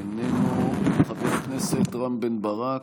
איננו, חבר הכנסת רם בן ברק,